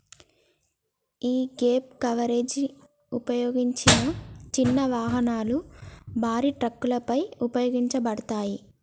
యీ gap coverage ఉపయోగించిన చిన్న వాహనాలు, భారీ ట్రక్కులపై ఉపయోగించబడతాది